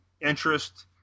interest